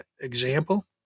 Example